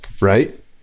right